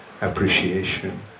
appreciation